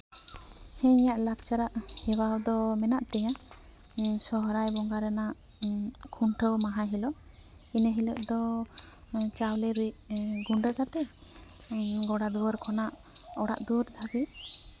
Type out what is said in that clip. ᱦᱮᱸ ᱤᱧᱟ ᱜ ᱞᱟᱠᱪᱟᱨᱟᱜ ᱦᱮᱣᱟ ᱫᱚ ᱢᱮᱱᱟᱜ ᱛᱤᱧᱟ ᱥᱚᱨᱦᱟᱭ ᱵᱚᱸᱜᱟ ᱨᱮᱱᱟᱜ ᱠᱷᱩᱱᱴᱟᱹᱣ ᱢᱟᱦᱟ ᱦᱤᱞᱳᱜ ᱤᱱᱟᱹ ᱦᱤᱞᱳᱜ ᱫᱚ ᱪᱟᱣᱞᱮ ᱨᱤᱫ ᱜᱩᱰᱟᱹ ᱠᱟᱛᱮ ᱜᱚᱲᱟ ᱫᱩᱣᱟᱹᱨ ᱠᱷᱚᱱᱟ ᱚᱲᱟᱜ ᱫᱩᱣᱟᱹᱨ ᱫᱷᱟᱹᱵᱤᱡ